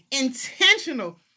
intentional